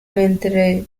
mentre